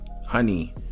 Honey